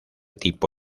tipo